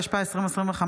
התשפ"ה 2025,